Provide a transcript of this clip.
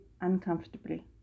uncomfortably